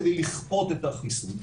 כדי לכפות את החיסון,